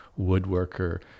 woodworker